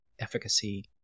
efficacy